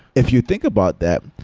if you think about that,